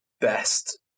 best